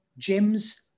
gyms